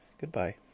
Goodbye